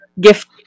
gift